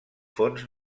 fonts